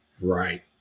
Right